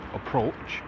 approach